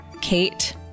Kate